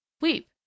weep